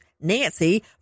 Nancy